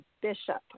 bishop